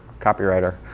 copywriter